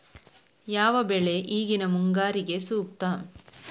ಯಾವ ಬೆಳೆ ಈಗಿನ ಮುಂಗಾರಿಗೆ ಸೂಕ್ತ?